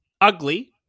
ugly